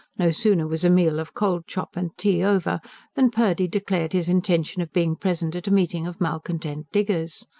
no sooner was a meal of cold chop and tea over than purdy declared his intention of being present at a meeting of malcontent diggers.